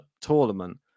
tournament